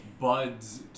Buds